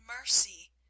MERCY